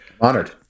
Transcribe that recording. Honored